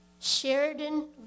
Sheridan